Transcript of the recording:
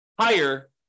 higher